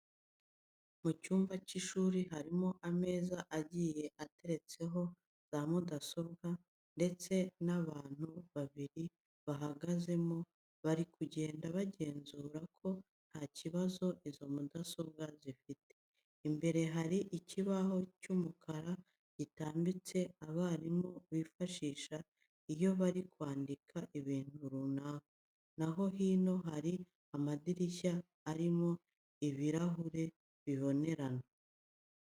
Mu cyumba cy'ishuri harimo ameza agiye ateretseho za mudasobwa ndetse n'abantu babiri bahagazemo, bari kugenda bagenzura ko nta kibazo izo mudasobwa zifite. Imbere hari ikibaho cy'umukara gitambitse abarimu bifashisha iyo bari kwandika ibintu runaka, na ho hino hari amadirishya arimo ibirahure bibonerana.